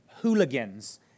hooligans